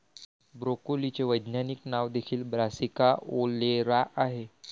ब्रोकोलीचे वैज्ञानिक नाव देखील ब्रासिका ओलेरा आहे